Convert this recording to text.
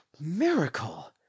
miracle